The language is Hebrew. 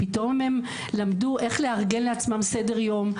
הם למדו איך לארגן לעצמם סדר יום,